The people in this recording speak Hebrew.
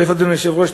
אדוני היושב-ראש,